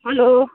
hello